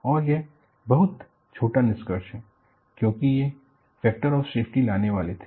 और यह बहुत छोटा निष्कर्ष है क्योंकि वे फैक्टर ऑफ सेफ्टी लाने वाले थे